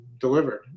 delivered